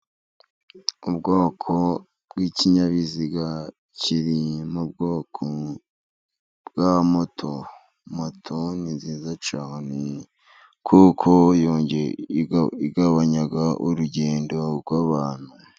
Ubwoko bw'ikinyabiziga kiri mu bwoko bwa moto. Moto ni nziza cyane，kuko igabanya urugendo rw'abantu.